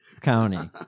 County